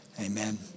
Amen